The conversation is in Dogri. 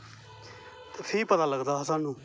थमां गै पता लगदा हा स्हानू